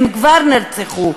הן כבר נרצחו,